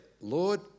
Lord